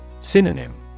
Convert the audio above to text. Synonym